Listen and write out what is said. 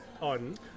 on